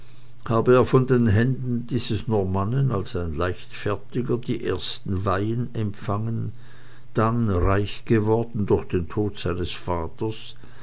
habe er von den händen dieses normannen als ein leichtfertiger die ersten weihen empfangen dann reich geworden durch den tod des vaters